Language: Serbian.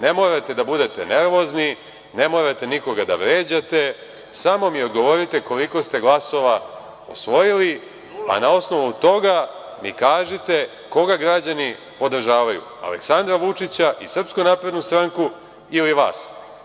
Ne morate da budete nervozni, ne morate nikoga da vređate, samo mi odgovorite koliko glasova ste osvojili, a na osnovu toga mi kažite koga građani podržavaju, Aleksandra Vučića i SNS ili vas.